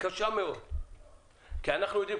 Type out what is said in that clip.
קשה מאוד כי אנחנו יודעים,